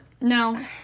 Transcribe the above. No